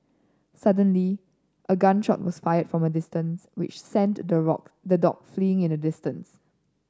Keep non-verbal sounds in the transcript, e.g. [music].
suddenly a gun shot was fired from a distance which sent the [unintelligible] the dog fleeing in an distance